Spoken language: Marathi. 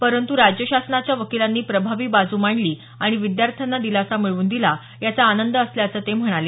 परंत् राज्य शासनाच्या वकिलांनी प्रभावी बाजू मांडली आणि विद्यार्थ्यांना दिलासा मिळवून दिला याचा आनंद असल्याचं ते म्हणाले